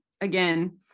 again